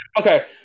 okay